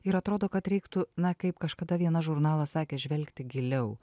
ir atrodo kad reiktų na kaip kažkada vienas žurnalas sakė žvelgti giliau